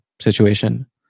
situation